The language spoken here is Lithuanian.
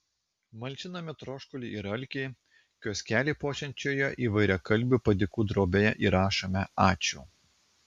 malšiname troškulį ir alkį kioskelį puošiančioje įvairiakalbių padėkų drobėje įrašome ačiū